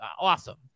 awesome